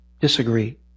disagree